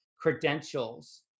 Credentials